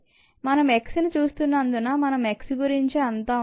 మనం x ని చూస్తున్నందున మనం x గురించి అంతా ఉంది